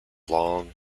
long